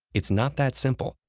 it's not that simple,